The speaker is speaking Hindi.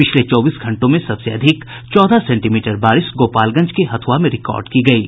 पिछले चौबीस घंटों में सबसे अधिक चौदह सेंटीमीटर बारिश गोपालगंज के हथ्रआ में रिकार्ड की गयी